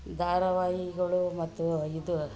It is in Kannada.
ಧಾರಾವಾಹಿಗಳು ಮತ್ತು ಇದು